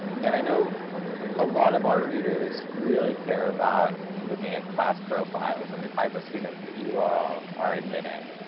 and i know a lot of our readers really care about looking at class profiles and the type of students that you are all are admitting.